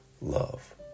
love